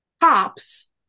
cops